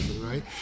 right